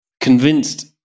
convinced